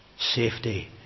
safety